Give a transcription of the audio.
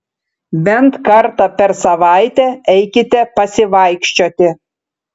bent kartą per savaitę eikite pasivaikščioti